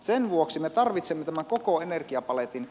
sen vuoksi me tarvitsemme tämän koko energiapaletin